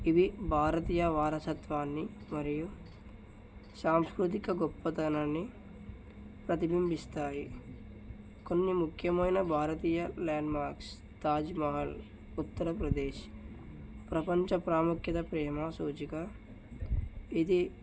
ఇవి భారతీయ వారసత్వాన్ని మరియు సాంస్కృతిక గొప్పతనాన్ని ప్రతిబింబిస్తాయి కొన్ని ముఖ్యమైన భారతీయ ల్యాండ్మార్క్స్ తాజ్మహల్ ఉత్తరప్రదేశ్ ప్రపంచ ప్రాముఖ్యత ప్రేమ సూచిక ఇది